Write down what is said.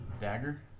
Dagger